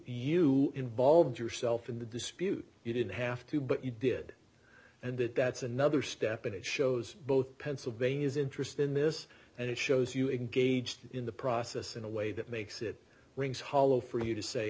you involved yourself in the dispute you didn't have to but you did and that that's another step and it shows both pennsylvania's interest in this and it shows you a gauged in the process in a way that makes it rings hollow for you to say